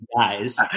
guys